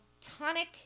tonic